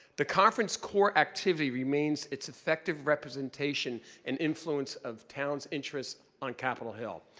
the conference core activity remains its effective representation and influence of towns' interests on capitol hill.